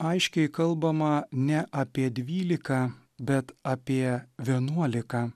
aiškiai kalbama ne apie dvyliką bet apie vienuoliką